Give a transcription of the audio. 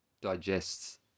digests